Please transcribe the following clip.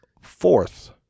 fourth